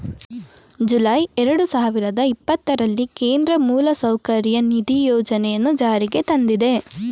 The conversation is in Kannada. ಜುಲೈ ಎರಡು ಸಾವಿರದ ಇಪ್ಪತ್ತರಲ್ಲಿ ಕೇಂದ್ರ ಮೂಲಸೌಕರ್ಯ ನಿಧಿ ಯೋಜನೆಯನ್ನು ಜಾರಿಗೆ ತಂದಿದೆ